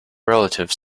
relative